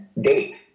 date